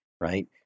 right